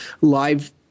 live –